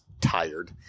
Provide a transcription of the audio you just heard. tired